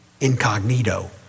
incognito